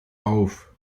auf